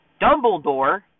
Dumbledore